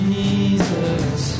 Jesus